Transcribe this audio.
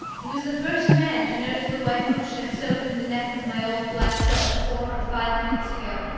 he was the first man to notice the white ruche i sewed in the neck of my old black silk four or five months ago,